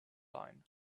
line